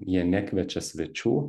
jie nekviečia svečių